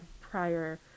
prior